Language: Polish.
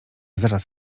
zaraz